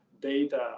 data